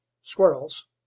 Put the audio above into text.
Squirrels